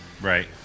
Right